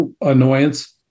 annoyance